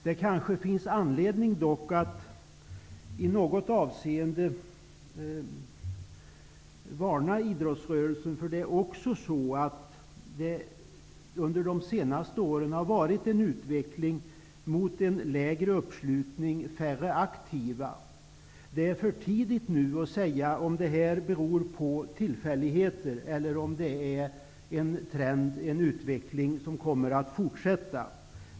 Det kanske finns anledning att i något avseende varna idrottsrörelsen. Under de senaste åren har utvecklingen gått mot lägre uppslutning och färre aktiva utövare. Det är för tidigt att säga om det beror på tillfälligheter eller om det är en trend som kommer att fortsätta.